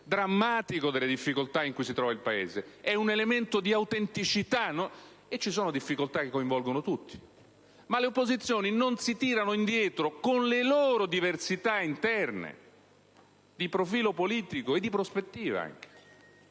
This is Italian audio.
drammatico delle difficoltà in cui si trova il Paese: è un elemento di autenticità. Ci sono difficoltà che coinvolgono tutti, ma le opposizioni non si tirano indietro, con le loro diversità interne, di profilo politico e anche di prospettiva.